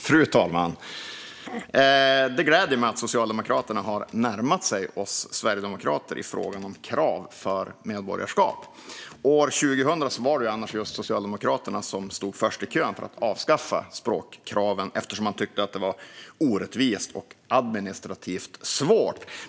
Fru talman! Det gläder mig att Socialdemokraterna har närmat sig oss sverigedemokrater i frågan om krav för medborgarskap. År 2000 var det just Socialdemokraterna som stod först i kön för att avskaffa språkkraven, eftersom de tyckte att de var orättvisa och att de var administrativt svåra.